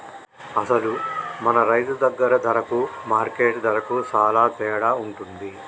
అసలు మన రైతు దగ్గర ధరకు మార్కెట్ ధరకు సాలా తేడా ఉంటుంది